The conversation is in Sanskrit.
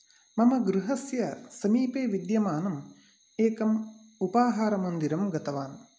मम गृहस्य समीपे विद्यमानं एकम् उपाहारमन्दिरं गतवान्